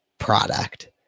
product